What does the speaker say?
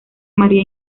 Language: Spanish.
maría